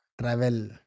Travel